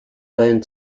burnt